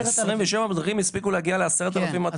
27 מדריכים הספיקו להגיע ל-10000 אתרים?